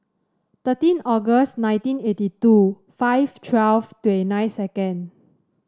thirteen August nineteen eighty two five twelve twenty nine second